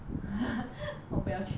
我不要去